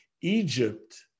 Egypt